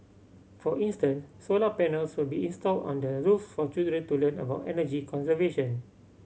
for instance solar panels will be installed on the roofs for children to learn about energy conservation